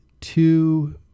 two